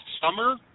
summer